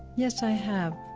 yes, i have.